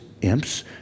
imps